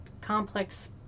complex